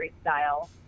style